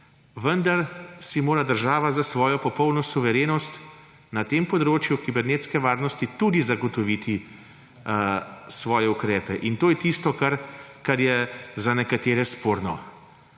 Vendar si mora država za svojo popolno suverenost na tem področju kibernetske varnosti tudi zagotoviti svoje ukrepe. In to je tisto, kar je za nekatere sporno.